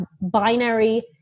binary